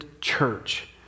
church